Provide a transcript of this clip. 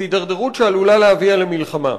והידרדרות שעלולה להביא למלחמה.